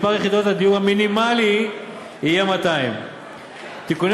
מספר יחידות הדיור המינימלי יהיה 200. תיקוני